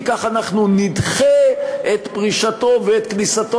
כי כך אנחנו נדחה את פרישתו ואת כניסתו